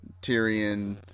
Tyrion